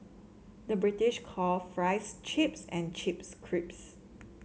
the British call fries chips and chips crisps